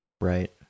right